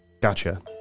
gotcha